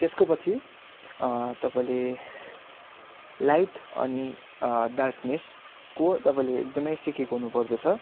त्यसको पछि तपाईँले लाइट अनि डार्कनेसको तपाईँले एकदमै सिकेको हुनुपर्दछ